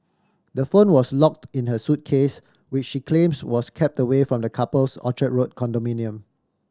the phone was locked in her suitcase which she claims was kept away from the couple's Orchard Road condominium